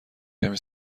کمی